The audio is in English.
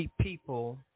people